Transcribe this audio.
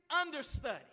understudy